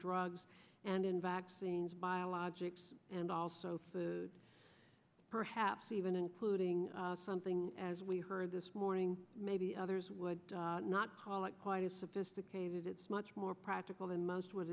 drugs and in vaccines biologic and also the perhaps even including something as we heard this morning maybe others would not call it quite a sophisticated it's much more practical than most w